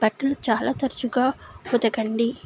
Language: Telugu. బట్టలు చాలా తరచుగా ఉతకండి